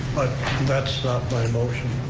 that's not my motion.